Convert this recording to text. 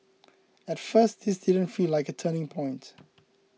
at first this didn't feel like a turning point